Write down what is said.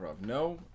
no